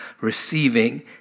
receiving